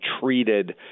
treated